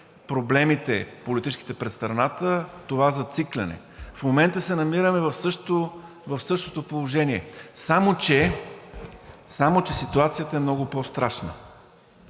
реши политическите проблеми пред страната – това зацикляне. В момента се намираме в същото положение, само че ситуацията е много по-страшна.